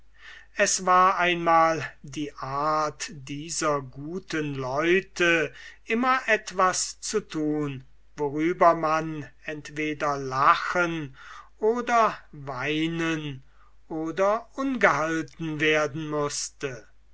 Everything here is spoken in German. es war nun einmal die art dieser guten leute immer etwas zu tun worüber man entweder lachen oder weinen oder ungehalten werden mußte